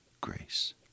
grace